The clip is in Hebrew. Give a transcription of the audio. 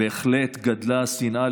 בהחלט גדלה השנאה,